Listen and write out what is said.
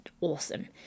awesome